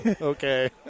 Okay